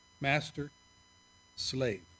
Master-slave